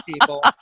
people